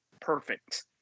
perfect